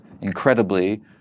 incredibly